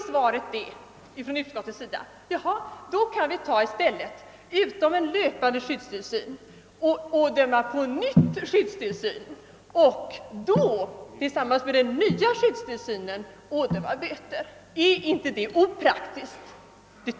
Svaret från utskottet är: Förutom den löpande skyddstillsynen kan man på nytt ådöma skyddstillsyn och dessutom tillsammans med den nya skyddstillsynen böter. Men är inte detta opraktiskt?